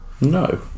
no